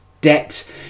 debt